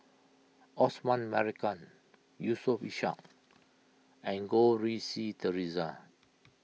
Osman Merican Yusof Ishak and Goh Rui Si theresa